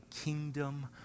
kingdom